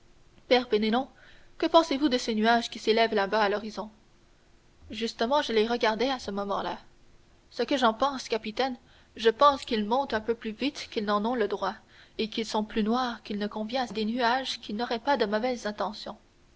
penelon que pensez-vous de ces nuages qui s'élèvent là-bas à l'horizon justement je les regardais à ce moment-là ce que j'en pense capitaine j'en pense qu'ils montent un peu plus vite qu'ils n'en ont le droit et qu'ils sont plus noirs qu'il ne convient à des nuages qui n'auraient pas de mauvaises